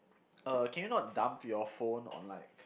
uh can you not dump your phone on like